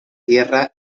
tierra